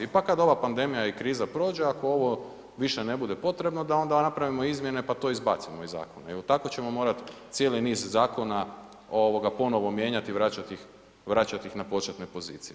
Pa kad ova pandemija i kriza prođe, ako ovo više ne bude potrebno da onda napravimo izmjene pa to izbacimo iz zakona jer tako ćemo morat cijeli niz zakona ovoga ponovo mijenjat i vraćat ih na početne pozicije.